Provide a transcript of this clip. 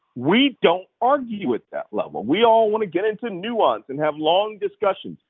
we don't argue with that level. we all want to get into nuance and have long discussions.